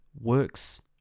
works